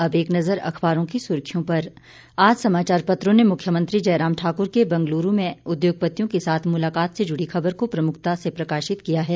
अब एक नज़र अखबारों की सुर्खियों पर आज समाचार पत्रों ने मुख्यमंत्री जयराम ठाकुर के बंगलुरू में उद्योगपतियों के साथ मुलाकात से जुड़ी खबर को प्रमुखता से प्रकाशित किया है